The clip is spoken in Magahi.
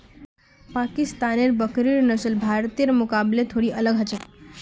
पाकिस्तानेर बकरिर नस्ल भारतीयर मुकाबले थोड़ी अलग ह छेक